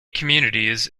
communities